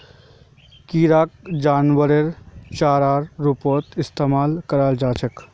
किराक जानवरेर चारार रूपत इस्तमाल कराल जा छेक